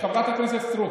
חברת הכנסת סטרוק,